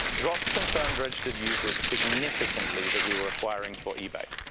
dropped confirmed registered users significantly that we were acquiring for ebay.